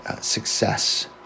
success